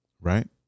Right